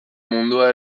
mundua